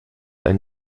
ein